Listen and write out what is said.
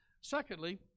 secondly